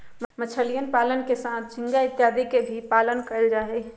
मछलीयन पालन के साथ झींगा इत्यादि के भी पालन कइल जाहई